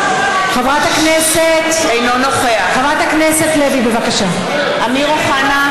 אינו נוכח אמיר אוחנה,